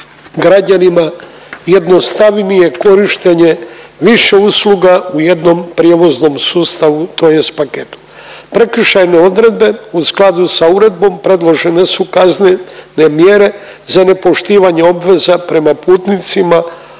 građanima jednostavnije korištenje više usluga u jednom prijevoznom sustavu tj. paketu. Prekršajne odredbe u skladu sa uredbom predložene su kaznene mjere za nepoštivanje obveza prema putnicima,